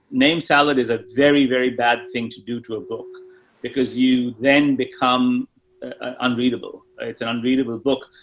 name salad is a very, very bad thing to do to a book because you then become unreadable. it's an unreadable book.